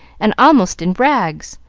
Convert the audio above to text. and almost in rags.